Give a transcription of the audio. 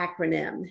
acronym